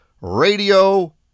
radio